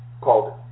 called